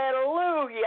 Hallelujah